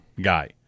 guy